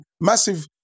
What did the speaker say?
massive